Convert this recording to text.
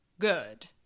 good